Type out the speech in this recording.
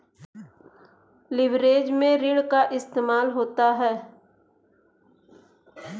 leverage में ऋण का इस्तेमाल होता है